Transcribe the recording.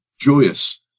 joyous